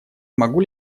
могу